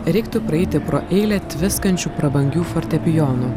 reiktų praeiti pro eilę tviskančių prabangių fortepijonų